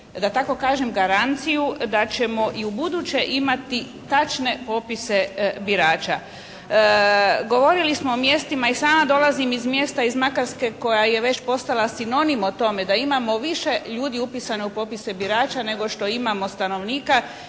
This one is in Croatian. da tako kažem garanciju da ćemo i ubuduće imati tačne popise birača. Govorili smo o mjestima, i sama dolazim iz mjesta iz Makarske koja je već postala sinonim o tome da imamo više ljudi upisane u popise birača nego što imamo stanovnika.